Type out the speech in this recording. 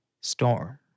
storm